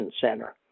Center